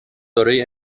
دارای